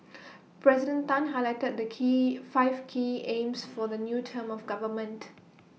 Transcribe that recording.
President Tan highlighted the key five key aims for the new term of government